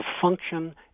function